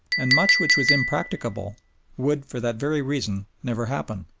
and much which was impracticable would for that very reason never happen.